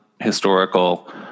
historical